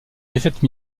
défaite